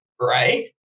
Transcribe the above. right